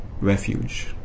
refuge